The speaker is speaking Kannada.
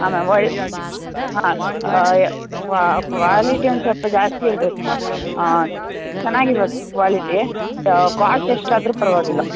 ಹಾಂ ಮ್ಯಾಮ್ ಹಾಂ ಕ್ವಾಲಿಟಿ ಒಂದು ಸ್ವಲ್ಪ ಜಾಸ್ತಿ ಇರಬೇಕು ಚೆನ್ನಾಗಿರೋದು ಕ್ವಾಲಿಟಿ ಕಾಸ್ಟ್ ಎಷ್ಟು ಆದರು ಪರವಾಗಿಲ್ಲ